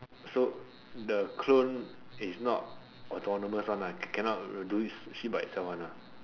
so the clone is not autonomous one ah cannot do shit by itself one ah